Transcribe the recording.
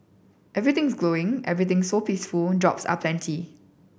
everything's glowing everything's so peaceful jobs are plenty